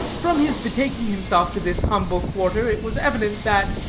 from his betaking himself to this humble quarter, it was evident that,